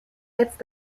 jetzt